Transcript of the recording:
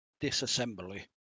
disassembly